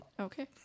Okay